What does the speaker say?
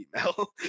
email